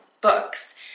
books